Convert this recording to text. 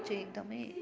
चाहिँ एकदम